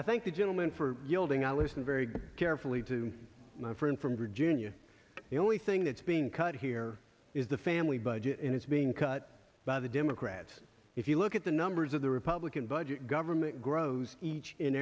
i thank the gentleman for yielding i listen very carefully to my friend from virginia the only thing that's being cut here is the family budget and it's being cut by the democrats if you look at the numbers of the republican budget government grows each and